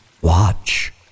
Watch